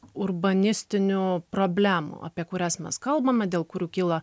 urbanistinių problemų apie kurias mes kalbame dėl kurių kyla